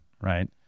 right